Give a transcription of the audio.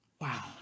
Wow